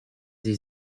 sie